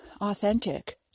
authentic